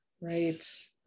Right